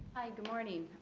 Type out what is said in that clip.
hi, good morning.